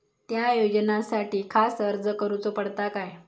त्या योजनासाठी खास अर्ज करूचो पडता काय?